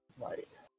Right